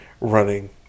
running